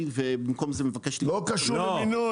ובמקום זה מבקשת --- לא קשור למינוי.